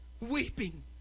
weeping